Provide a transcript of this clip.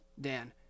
Dan